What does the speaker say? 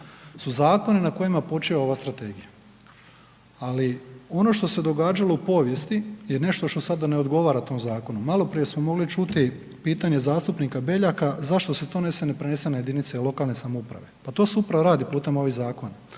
su zakoni na kojima počiva ova strategija. Ali ono što se događalo u povijesti je nešto što sada ne odgovara tom zakonu. Maloprije smo mogli čuti pitanje zastupnika Beljaka zašto se to …/Govornik se ne razumije/… ne prenese na jedinice lokalne samouprave? Pa to se upravo radi putem ovih zakona,